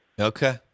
Okay